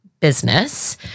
business